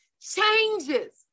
changes